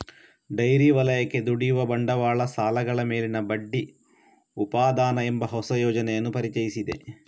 dairy ವಲಯಕ್ಕೆ ದುಡಿಯುವ ಬಂಡವಾಳ ಸಾಲಗಳ ಮೇಲಿನ ಬಡ್ಡಿ ಉಪಾದಾನ ಎಂಬ ಹೊಸ ಯೋಜನೆಯನ್ನು ಪರಿಚಯಿಸಿದೆ